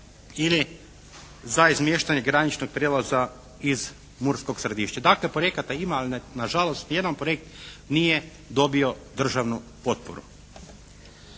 ili za izmještanje Graničnog prijelaza iz Murskog Središta. Dakle projekata ima ali nažalost ni jedan projekt nije dobio državnu potporu.